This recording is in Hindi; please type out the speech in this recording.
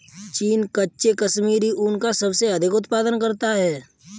चीन कच्चे कश्मीरी ऊन का सबसे अधिक उत्पादन करता है